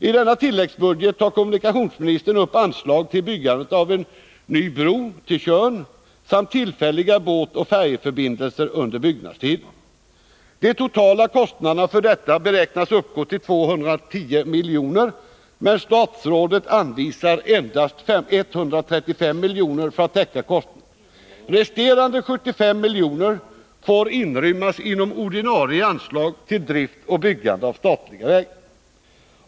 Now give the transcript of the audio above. I denna tilläggsbudget tar kommunikationsministern upp anslag till byggandet av en ny bro till Tjörn samt tillfälliga båtoch färjeförbindelser under byggnadstiden. De totala kostnaderna för detta beräknas uppgå till 210 miljoner, men statsrådet anvisar endast 135 miljoner för att täcka kostnaderna. Resterande 75 miljoner får inrymmas inom ordinarie anslag till drift och byggande av statliga vägar.